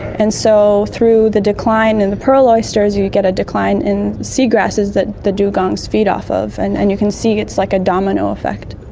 and so through the decline in the pearl oysters you get a decline in sea grasses that the dugongs feed off of, and and you can see it's like a domino effect.